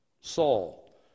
Saul